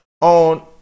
on